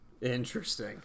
Interesting